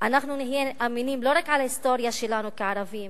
אנחנו נהיה אמינים, לא רק על ההיסטוריה שלנו כערבים